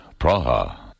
Praha